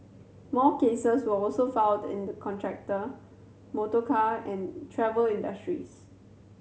more cases were also filed in the contractor motorcar and travel industries